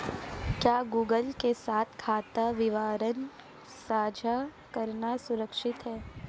क्या गूगल के साथ खाता विवरण साझा करना सुरक्षित है?